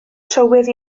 trywydd